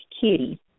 Kitty